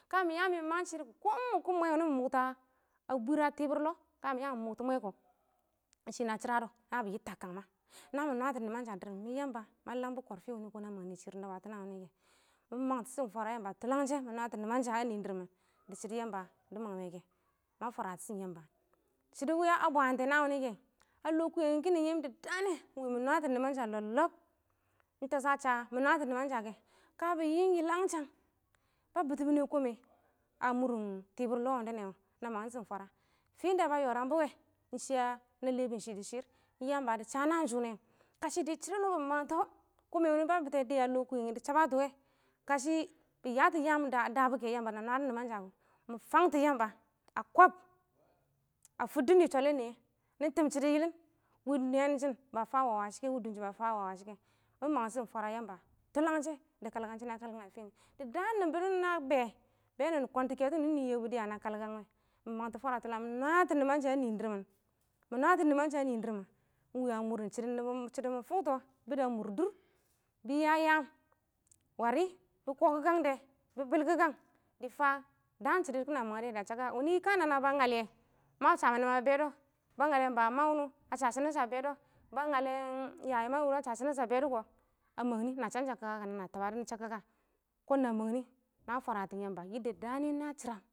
kamɪ ya, mɪ mɪ mang shɪrr kɔ, kɔ ɪng mʊkkɪn mwɛ mɪ mʊktɔ a bwɪr a tɪbɪr lɔ mɪ mʊktɔ mwɛkɔ ɪng shɪ na shɪradɔ nabi yɪttɔ a kangma namɪ nwatɔ nɪmansa a dɪrr mɪn, mɪ yamba ma lambɔ fɪn fɪnɛ wʊnɪ kɔn a mangnɪ shɪrr dɪ nabatɔ naan wɪnɪ kɛ, mɪ mang tɪshɪm fwara yamba tʊlashɪn, mɪ nwato nɪmansha a nɪɪn dɪrr mɪn dɪ shɪdɔ yamba dɪ mangme kɛ, ma fwaratɪshm yamba shɪdɔ wɪ ya bwaantɛ naan wɪnɪ kɛ a lɔ kʊyɛngɪ kɪ nɪ yɪm dɪ daan nɪyɛ kɪ, ɪng wɪ mɪ nwatɔ nɪmansha lɔb-lɔb, ɪng tɛshɔ a sha mɪ nwatɔ nɪmansha kɛ, ka bɪ yɪm yɪlangshang, ba bɪtɪ mɪnɛ kɔmɛ a mʊr tibir lɔ, wʊndɛnɛ wɔ, na mangtɪshɪm fwara, fɪ ɪng da ba yɔrang bɔwɛ na lɛbʊ shɪ dɪ shɪrr, ɪng yamba dɪ sha naan shʊ. Kashɪ dɪ shɪdɔ wʊndɛ nɛ mɪ mangtɔ, kɔmɛ wʊnɪ ba bɪtɛ dɪya a lɔ kʊyɛngɪ, da shaba tɔ wɛ kashɪ, bɪ yatɔ yaam a dabɔ kɛ kɔ yamba na nwadɔ nɪmansha kɔ nɪ fangtɔ yamba a kɔb a fʊdʊ nɪ shwalɛn nɪyɛ. Nɪ tɪm shɪdɔ yɪlɪn wɪ nɛɛn shɪn ba fan wa shɪ kɛ, wɪ dun shin ba fan wa shɪ kɛ, mɪ mangtɪshɪm fwara yamba tʊlanshɪn dɪ kalkangshi na kalkang a fini wɛ, na bɛ nɪ kwɛntɔ kɛtɔ dɪ nɪɪn yɛbʊ. Na kalkang wɛ mɪ mangtɔ fwara tʊlanshɛ, mɪ nwatɔ nɪmansha a nɪɪn dɪrr mɪn, mɪ nwatɔ nɪmansha a nɪɪn dɪrr mɪn a mʊr shɪdo mɪ fʊkto bɪ mʊr dʊr bɪ ya yaan warɪ, bɪ kɔkɪkang dɛ, bɪ bɪlkɪkang dɪ fa daan shɪdɔ kɪna mangdɛ a chak kakka, wʊnɪ kana ba ngal yɛ ma sha mɪ nama bɛ dɔ, ba nglalɛn baba ma wʊnɔ, shashɪ nasa bɛ dɔ, ba ngallɛn yayama wʊnɔ sha shɪ nasa bɛdɔ kɔ, a mangnɪ na cham-cham kakka ka, nana tabadɔ nɪ chak kaka, kɔn na mangnɪ ma fwaratɪn yamba yi dɪ daan nɪyɛ na shɪram.